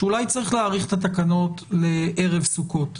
שאולי צריך להאריך את התקנות לערב סוכות.